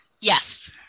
yes